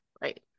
right